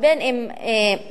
ובין אם משמעתי,